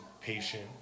patient